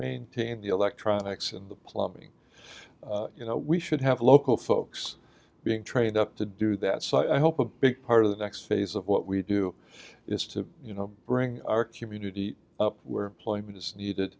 maintain the electronics and the plumbing you know we should have local folks being trained up to do that so i hope a big part of the next phase of what we do is to you know bring our community up